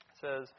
says